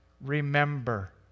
remember